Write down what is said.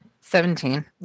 Seventeen